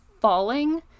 falling